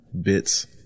bits